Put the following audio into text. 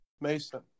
mason